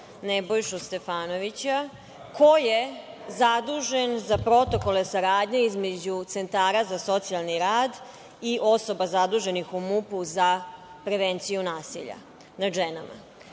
Nebojšu Stefanovića, ko je zadužen za protokole saradnje između centara za socijalni rad i osoba zaduženih u MUP-u za prevenciju nasilja nad ženama?